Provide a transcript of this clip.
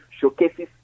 showcases